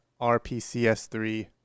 RPCS3